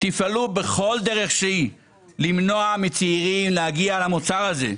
תפעלו בכל דרך שהיא למנוע מצעירים להגיע למוצר הזה.